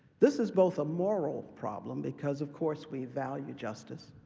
this is both a moral problem, because of course we value justice,